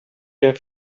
your